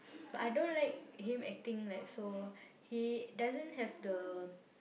but I don't like him acting like so he doesn't have the